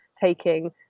taking